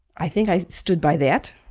i think i stood by that.